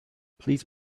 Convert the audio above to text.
please